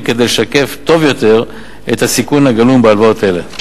כדי לשקף טוב יותר את הסיכון הגלום בהלוואות אלה.